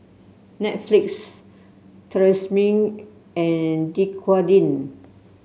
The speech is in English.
Netflix Tresemme and Dequadin